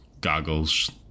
goggles